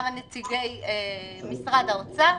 גם נציגי משרד האוצר,